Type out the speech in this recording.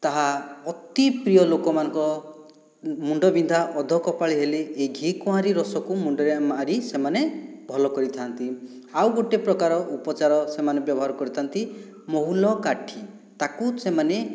ତାହା ଅତି ପ୍ରିୟ ଲୋକମାନଙ୍କ ମୁଣ୍ଡ ବିନ୍ଧା ଅଧକପାଳି ହେଲେ ଏ ଘିକୁଆଁରୀ ରସକୁ ମୁଣ୍ଡରେ ମାରି ସେମାନେ ଭଲ କରିଥାନ୍ତି ଆଉ ଗୋଟିଏ ପ୍ରକାର ଉପଚାର ସେମାନେ ବ୍ୟବହର କରିଥା'ନ୍ତି ମହୁଲ କାଠି ତାକୁ ସେମାନେ